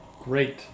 Great